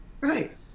Right